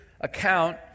account